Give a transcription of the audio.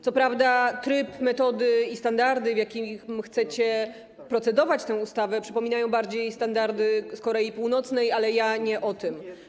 Co prawda tryb, metody i standardy, jeżeli chodzi o procedowanie nad tą ustawą, przypominają bardziej standardy z Korei Północnej, ale ja nie o tym.